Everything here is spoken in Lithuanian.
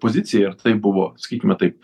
pozicija ir tai buvo sakykime taip